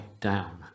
down